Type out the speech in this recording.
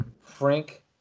Frank